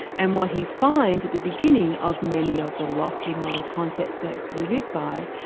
and what he finds at the beginning of many of the lofty moral concepts that we live by,